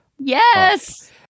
Yes